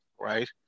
right